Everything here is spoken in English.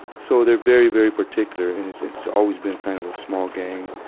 so, they're very, very particular. and it's, it's always been kind of a small gang.